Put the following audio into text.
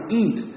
eat